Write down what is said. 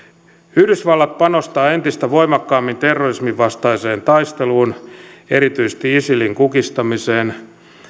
yhdysvallat panostaa entistä voimakkaammin terrorisminvastaiseen taisteluun erityisesti isilin kukistamiseen